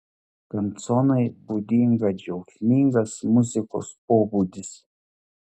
kanconai būdinga džiaugsmingas muzikos pobūdis